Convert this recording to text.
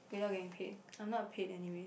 without getting paid I'm not paid anyway